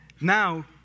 Now